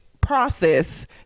process